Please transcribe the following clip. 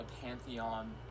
pantheon